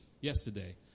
yesterday